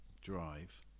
drive